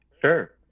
sure